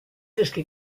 dysgu